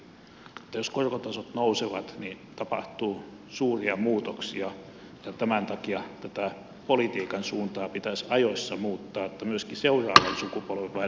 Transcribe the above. mutta jos korkotasot nousevat niin tapahtuu suuria muutoksia ja tämän takia tätä politiikan suuntaa pitäisi ajoissa muuttaa että myöskin seuraavan sukupolvenvaihdoksen aikana on viljelijöitä